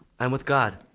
i'm with god.